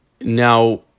Now